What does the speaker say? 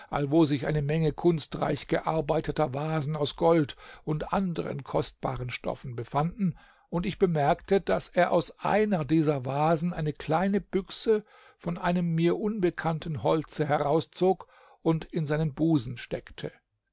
allwo sich eine menge kunstreich gearbeiteter vasen aus gold und anderen kostbaren stoffen befanden und ich bemerkte daß er aus einer dieser vasen eine kleine büchse von einem mir unbekannten holze herauszog und in seinen busen steckte